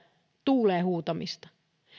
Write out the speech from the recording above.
tuuleen huutamista